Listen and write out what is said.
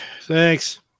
thanks